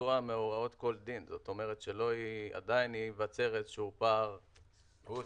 שלושה חודשים לפני סיום התקופה האמורה".